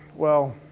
well.